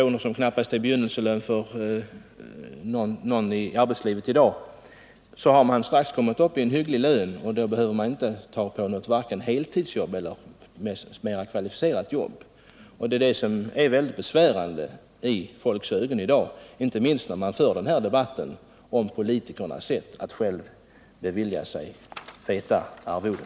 — det är väl knappast någon som i dag har en så låg begynnelselön. Man kan alltså på det sättet komma upp i en hygglig lön utan att ha heltidsjobb eller något mer kvalificerat jobb. Det verkar konstigt i folks ögon, inte minst nu när man för debatten om politikernas sätt att bevilja sig själva feta arvoden.